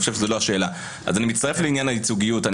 אני מצטרף לעניין הייצוגיות.